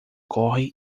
corre